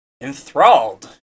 enthralled